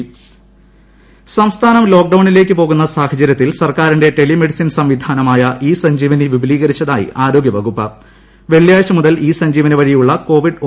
E Sanjeevani ആരോഗ്യവകുപ്പ് സംസ്ഥാനം ലോക്ഡൌണിലേക്ക് പോകുന്ന സാഹചര്യത്തിൽ സർക്കാരിന്റെ ടെലി മെഡിസിൻ സംവിധ്യാനമായ ഇ സഞ്ജീവനി വിപുലീകരിച്ചതായി ആരോഗ്യ വക്ടുപ്പ്പ് ് വെള്ളിയാഴ്ച മുതൽ ഇ സഞ്ജീവനി വഴിയുള്ള കോവിഡ് ഒ